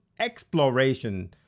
exploration